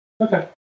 Okay